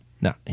no